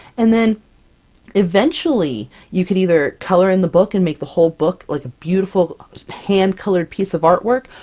and then eventually, you could either color in the book and make the whole book like a beautiful hand-colored piece of artwork,